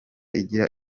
igira